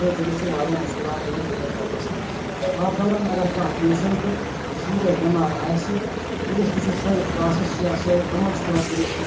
تہٕ تٔمِس چھُ واریاہ مُشکِلات یِوان ٹِکٹ کَڑنَس منٛز اَتھ دوران اگر کانٛہہ پیشَنٹ سیٖریَس بٮ۪مار آسہِ تٔمِس تہِ چھُ سۄے پرٛاسٮ۪س یا سۄے عَمَل چھِ پٮ۪وان تٔمِس تہِ